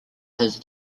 his